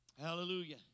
Hallelujah